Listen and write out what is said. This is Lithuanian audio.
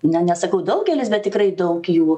ne nesakau daugelis bet tikrai daug jų